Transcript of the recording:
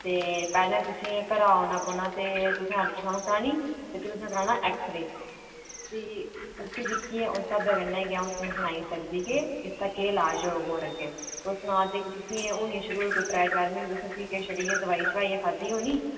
ते पैह्लें तुसें घरा औना पौना ते तुसें अल्ट्रासाउंड करानी ते फ्ही तुसें कराना ऐक्स रे उसी दिक्खी ऐ अ'उं सनाई सकदी के इसदा केह् इलाज होग और अग्गै तुस सना दे के तुसें गी औना शुरु होई कोई त्रै चार म्हीने पैह्लें फ्ही के छड़ी दवाई शवाई गै खाद्धी होनी